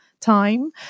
time